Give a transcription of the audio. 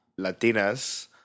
Latinas